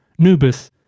Nubus